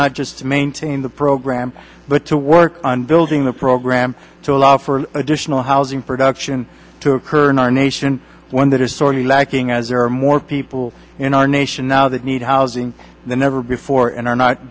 not just to maintain the program but to work on building the program to allow for additional housing production to occur in our nation one that is sorely lacking as there are more people in our nation now that need housing than ever before and are not